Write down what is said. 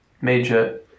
major